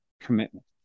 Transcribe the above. commitment